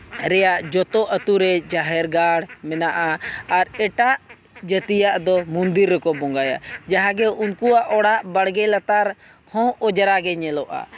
ᱨᱮᱭᱟᱜ ᱡᱚᱛᱚ ᱟᱹᱛᱩᱨᱮ ᱡᱟᱦᱮᱨ ᱜᱟᱲ ᱢᱮᱱᱟᱜᱼᱟ ᱟᱨ ᱮᱴᱟᱜ ᱡᱟᱹᱛᱤᱭᱟᱜ ᱫᱚ ᱢᱩᱱᱫᱤᱨ ᱨᱮᱠᱚ ᱵᱚᱸᱜᱟᱭᱟ ᱡᱟᱦᱟᱸᱜᱮ ᱩᱱᱠᱩᱣᱟᱜ ᱚᱲᱟᱜ ᱵᱟᱲᱜᱮ ᱞᱟᱛᱟᱨ ᱦᱚᱸ ᱚᱸᱡᱽᱨᱟᱜᱮ ᱧᱮᱞᱚᱜᱼᱟ